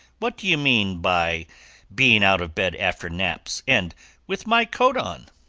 what do you mean by being out of bed after naps and with my coat on!